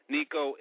Nico